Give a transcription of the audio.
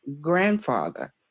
grandfather